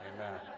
Amen